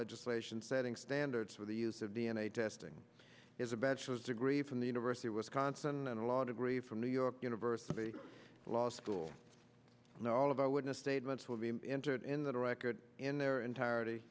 legislation setting standards for the use of d n a testing is a bachelor's degree from the university of wisconsin and a law degree from new york university law school and all of our witness statements will be entered in the record in their entirety